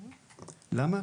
למה?